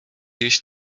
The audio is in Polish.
jeść